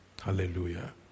Hallelujah